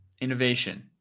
innovation